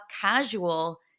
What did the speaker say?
casual